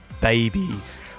Babies